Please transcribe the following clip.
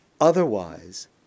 Otherwise